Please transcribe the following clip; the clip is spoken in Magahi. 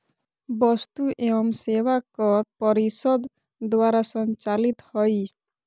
वस्तु एवं सेवा कर परिषद द्वारा संचालित हइ